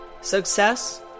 success